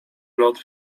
lot